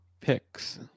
picks